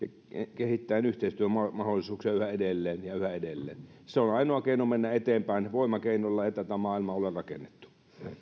kehittäen yhteistyömahdollisuuksia yhä edelleen ja yhä edelleen se on ainoa keino mennä eteenpäin voimakeinoilla ei tätä maailmaa ole rakennettu